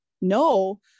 no